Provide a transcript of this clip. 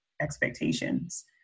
expectations